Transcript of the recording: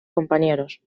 compañeros